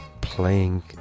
Playing